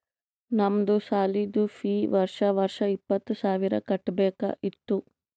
ನಮ್ದು ಸಾಲಿದು ಫೀ ವರ್ಷಾ ವರ್ಷಾ ಇಪ್ಪತ್ತ ಸಾವಿರ್ ಕಟ್ಬೇಕ ಇತ್ತು